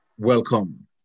Welcome